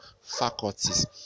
faculties